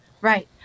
right